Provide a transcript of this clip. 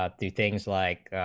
ah the things like,